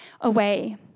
away